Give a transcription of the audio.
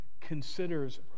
considers